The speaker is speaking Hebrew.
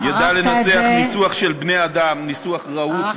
ידע לנסח ניסוח של בני-אדם, ניסוח רהוט וסביר.